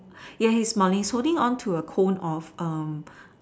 yes he's smiling he's holding on a cone of um